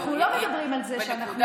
אנחנו לא מדברים על זה, זהו.